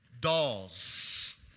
dolls